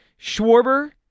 Schwarber